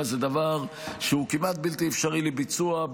זה דבר שהוא כמעט בלתי אפשרי לביצוע,